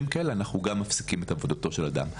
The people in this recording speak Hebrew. כאלה אנחנו גם מפסיקים את עבודתו של אדם.